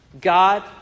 God